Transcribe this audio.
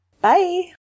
bye